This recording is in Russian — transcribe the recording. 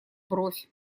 бровь